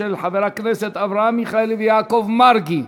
לדיון מוקדם בוועדת הכלכלה נתקבלה.